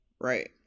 Right